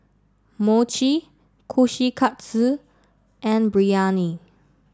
Mochi Kushikatsu and Biryani